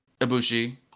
ibushi